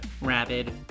Rapid